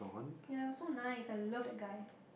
ya it was so nice I love that guy